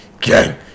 Gang